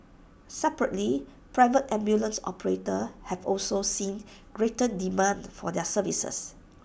separately private ambulance operators have also seen greater demand for their services